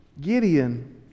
Gideon